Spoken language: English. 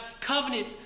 covenant